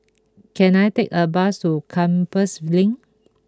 can I take a bus to Compassvale Link